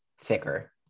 thicker